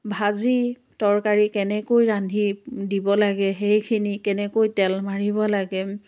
ভাজি তৰকাৰী কেনেকৈ ৰান্ধি দিব লাগে সেইখিনি কেনেকৈ তেল মাৰিব লাগে